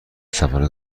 سفرهای